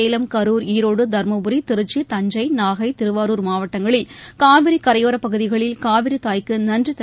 சேலம் கரூர் ஈரோடு தருமபுரி திருச்சி தஞ்சை நாகை திருவாரூர் மாவட்டங்களில் காவிரி கரையோரப் பகுதிகளில் காவிரி தாய்க்கு நன்றி தெரிவித்து வழிபட்டனர்